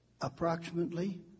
approximately